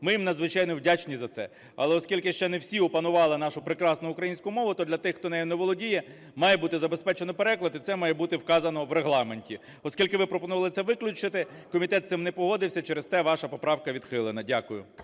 Ми їм надзвичайно вдячні за це. Але, оскільки ще не всі опанували нашу прекрасну українську мову, то для тих, хто нею не володіє, має бути забезпечений переклад. І це має бути вказано в Регламенті. Оскільки ви пропонували це виключити, комітет з цим не погодився. Через те ваша поправка відхилена. Дякую.